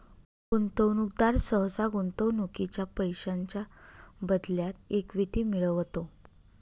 गुंतवणूकदार सहसा गुंतवणुकीच्या पैशांच्या बदल्यात इक्विटी मिळवतो